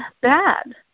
bad